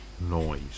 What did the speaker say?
noise